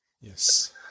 Yes